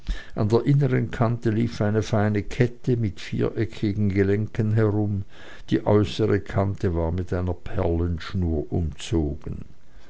an der inneren kante lief eine feine kette mit viereckigen gelenken herum die äußere kante war mit einer perlenschnur umzogen